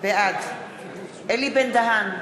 בעד אלי בן-דהן,